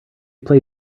play